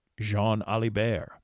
Jean-Alibert